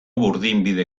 burdinbide